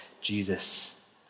Jesus